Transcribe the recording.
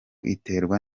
iterwa